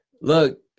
Look